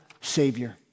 savior